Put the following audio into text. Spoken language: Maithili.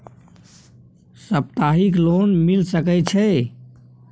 सप्ताहिक लोन मिल सके छै?